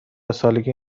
سالگی